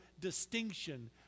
distinction